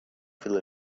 through